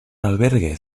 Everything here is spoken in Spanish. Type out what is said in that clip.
albergue